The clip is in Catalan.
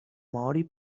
maori